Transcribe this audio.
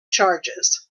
charges